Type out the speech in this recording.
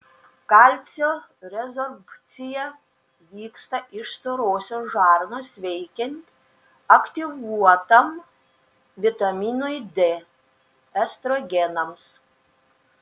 kalcio rezorbcija vyksta iš storosios žarnos veikiant aktyvuotam vitaminui d estrogenams